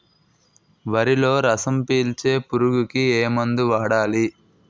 వరిలో రసం పీల్చే పురుగుకి ఏ మందు వాడాలి?